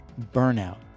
burnout